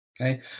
okay